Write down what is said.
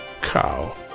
...cow